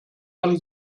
dann